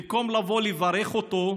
במקום לבוא לברך אותו,